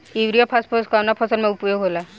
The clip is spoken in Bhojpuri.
युरिया फास्फोरस कवना फ़सल में उपयोग होला?